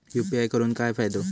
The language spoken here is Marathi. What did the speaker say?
यू.पी.आय करून काय फायदो?